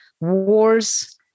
wars